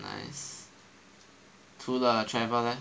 nice 除了 travel leh